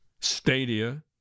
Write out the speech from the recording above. stadia